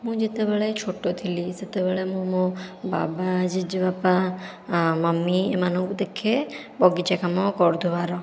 ମୁଁ ଯେତେବେଳେ ଛୋଟ ଥିଲି ସେତେବେଳେ ମୁଁ ମୋ ବାବା ଜେଜେବାପା ଆଉ ମମି ଏମାନଙ୍କୁ ଦେଖେ ବଗିଚା କାମ କରୁଥିବାର